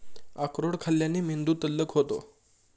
अक्रोड खाल्ल्याने मेंदू तल्लख होतो